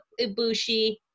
Ibushi